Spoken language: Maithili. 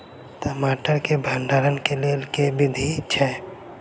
टमाटर केँ भण्डारण केँ लेल केँ विधि छैय?